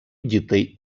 дітей